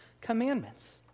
commandments